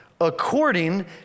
according